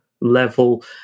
level